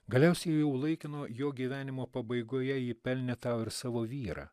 galiausiai jau laikino jo gyvenimo pabaigoje ji pelnė tau ir savo vyrą